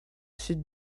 sud